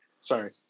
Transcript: Sorry